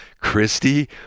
Christy